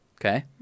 Okay